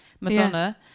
Madonna